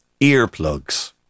earplugs